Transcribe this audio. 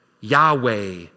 Yahweh